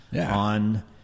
on